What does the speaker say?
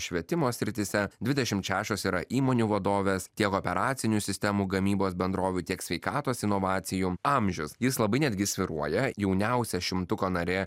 švietimo srityse dvidešimt šešios yra įmonių vadovės tiek operacinių sistemų gamybos bendrovių tiek sveikatos inovacijų amžiaus jis labai netgi svyruoja jauniausia šimtuko narė